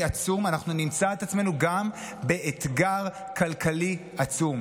עצום אנחנו נמצא את עצמנו גם באתגר כלכלי עצום?